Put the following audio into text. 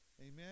Amen